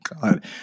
God